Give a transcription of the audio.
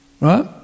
right